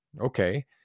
Okay